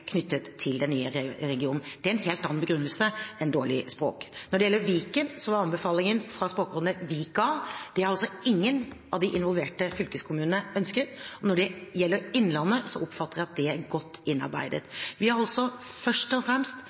knyttet til den nye regionen. Det er en helt annen begrunnelse enn dårlig språk. Når det gjelder Viken, var anbefalingen fra Språkrådet Vika. Det har ingen av de involverte fylkeskommunene ønsket, og når det gjelder Innlandet, oppfatter jeg at det er godt innarbeidet. Vi har først og fremst